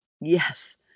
Yes